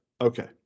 Okay